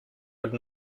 would